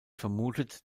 vermutet